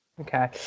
Okay